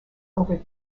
over